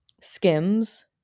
skims